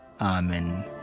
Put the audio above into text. Amen